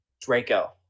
Draco